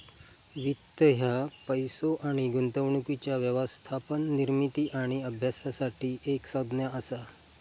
वित्त ह्या पैसो आणि गुंतवणुकीच्या व्यवस्थापन, निर्मिती आणि अभ्यासासाठी एक संज्ञा असा